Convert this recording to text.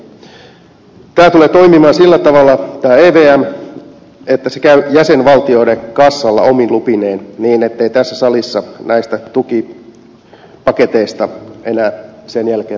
tämä evm tulee toimimaan sillä tavalla että se käy jäsenvaltioiden kassalla omine lupineen niin ettei tässä salissa näistä tukipaketeista enää sen jälkeen tarvitse äänestää